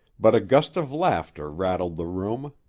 but a gust of laughter rattled the room.